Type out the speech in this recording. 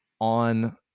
on